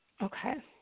Okay